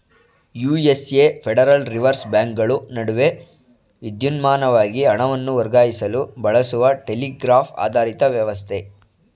USA federal reserve ಬ್ಯಾಂಕ್ಗಳು ನಡುವೆ ವಿದ್ಯುನ್ಮಾನವಾಗಿ ಹಣವನ್ನು ವರ್ಗಾಯಿಸಲು ಬಳಸುವ ಟೆಲಿಗ್ರಾಫ್ ಆಧಾರಿತ ವ್ಯವಸ್ಥೆ